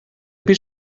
pis